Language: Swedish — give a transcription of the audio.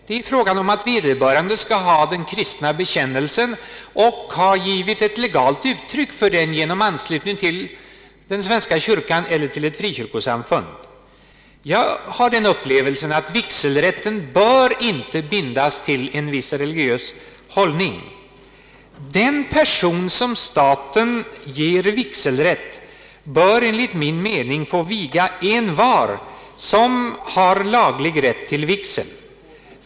Det är fråga om att vederbörande skall ha den kristna bekännelsen och givit ett legalt uttryck för den genom anslutning till svenska kyrkan eller till ett frikyrkosamfund. Jag har den uppfattningen att vigselrätten inte bör bindas till en viss religiös hållning. Den person som staten ger vigselrätt bör enligt min mening få viga envar som har laglig rätt till vigsel.